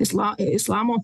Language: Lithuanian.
isla islamo